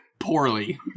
Poorly